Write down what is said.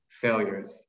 failures